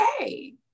okay